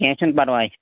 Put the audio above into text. کیٚنٛہہ چھُنہٕ پَرواے